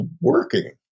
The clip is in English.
working